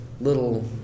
little